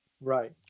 Right